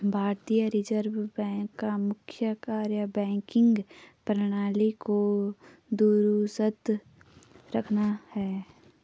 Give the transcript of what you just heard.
भारतीय reserve bank का प्रमुख कार्य बैंकिंग प्रणाली को दुरुस्त रखना है